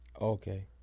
Okay